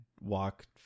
walk